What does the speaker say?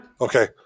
Okay